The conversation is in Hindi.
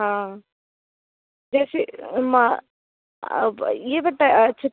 हाँ जैसे आप ये बता अच्छा